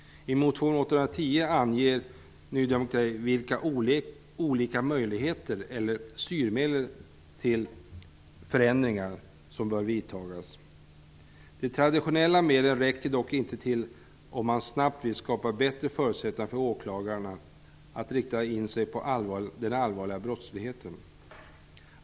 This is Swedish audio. I motion 810 anger Ny demokrati vilka olika styrmedel för förändringar som bör vidtas. De traditionella medlen räcker dock inte till om man snabbt vill skapa bättre förutsättningar för åklagarna att rikta in sig på den allvarliga brottsligheten.